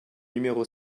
numéro